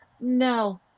no